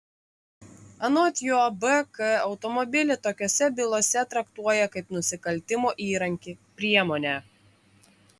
anot jo bk automobilį tokiose bylose traktuoja kaip nusikaltimo įrankį priemonę